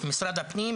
משרד הפנים,